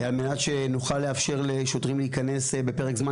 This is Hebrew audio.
על מנת שנוכל לאפשר לשוטרים להיכנס בפרק זמן